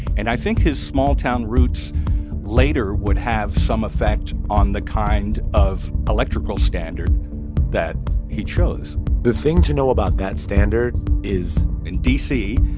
and i think his small-town roots later would have some effect on the kind of electrical standard that he chose the thing to know about that standard is. in dc,